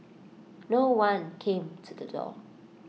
no one came to the door